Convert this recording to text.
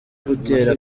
gutera